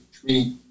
treat